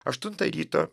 aštuntą ryto